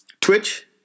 Twitch